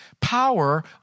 power